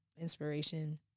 inspiration